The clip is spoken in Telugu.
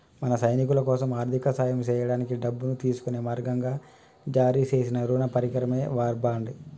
మన సైనికులకోసం ఆర్థిక సాయం సేయడానికి డబ్బును తీసుకునే మార్గంగా జారీ సేసిన రుణ పరికరమే వార్ బాండ్